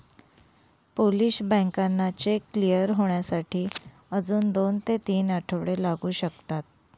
Polish बँकांना cheque clear होण्यासाठी अजून दोन ते तीन आठवडे लागू शकतात